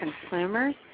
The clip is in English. consumers